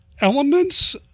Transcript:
elements